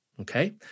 Okay